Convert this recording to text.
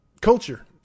Culture